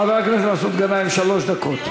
חבר הכנסת מסעוד גנאים, שלוש דקות.